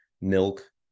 milk